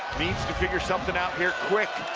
need to figure something out here quick,